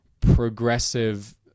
progressive